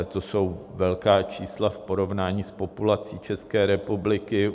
To jsou velká čísla v porovnání s populací České republiky.